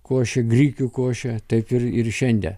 košė grikių košė taip ir ir šiandie